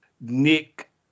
nick